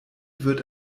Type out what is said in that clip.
wird